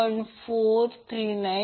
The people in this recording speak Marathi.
439 j1